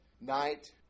night